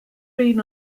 been